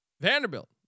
Vanderbilt